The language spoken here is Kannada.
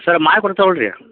ಸರ್ ಮಾಡಿ ಕೊಡ್ತೇವಲ್ಲ ರಿ